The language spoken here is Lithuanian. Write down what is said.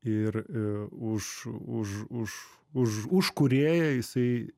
ir už už už už už kūrėją jisai